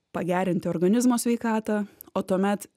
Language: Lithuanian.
pagerinti organizmo sveikatą o tuomet